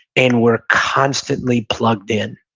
and we're constantly plugged in